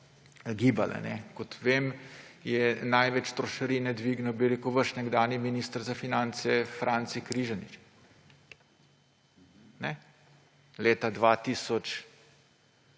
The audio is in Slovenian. gibale. Kot vem, je največ trošarine dvignil vaš nekdanji minister za finance Franci Križanič leta 2008,